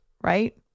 right